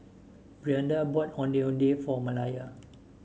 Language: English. Brianda bought Ondeh Ondeh for Malaya